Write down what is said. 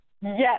yes